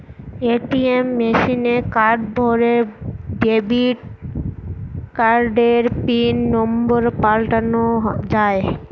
ATM মেশিনে card ভোরে debit কার্ডের পিন নম্বর পাল্টানো যায়